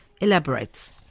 elaborates